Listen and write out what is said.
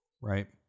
Right